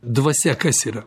dvasia kas yra